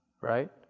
Right